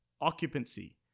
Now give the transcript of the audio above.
Occupancy